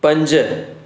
पंज